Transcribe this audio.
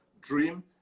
dream